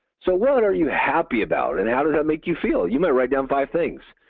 so what are and are you happy about and how does that make you feel? you might write down five things.